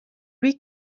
lui